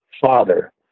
father